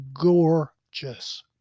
gorgeous